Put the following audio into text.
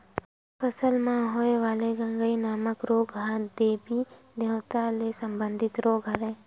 फसल म होय वाले गंगई नामक रोग ह देबी देवता ले संबंधित रोग हरय